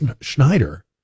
Schneider